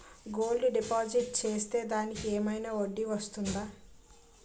Gold deposit చేస్తే దానికి ఏమైనా వడ్డీ వస్తుందా?